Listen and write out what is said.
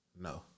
No